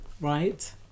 right